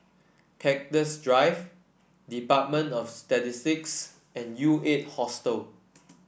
Cactus Drive Department of Statistics and U Eight Hostel